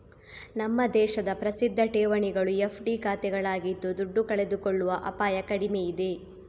ನಮ್ಮ ದೇಶದ ಪ್ರಸಿದ್ಧ ಠೇವಣಿಗಳು ಎಫ್.ಡಿ ಖಾತೆಗಳಾಗಿದ್ದು ದುಡ್ಡು ಕಳೆದುಕೊಳ್ಳುವ ಅಪಾಯ ಕಡಿಮೆ ಇದೆ